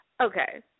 Okay